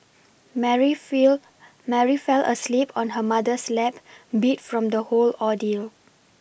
Mary feel Mary fell asleep on her mother's lap beat from the whole ordeal